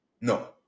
No